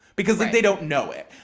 because like they don't know it.